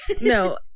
No